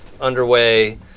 underway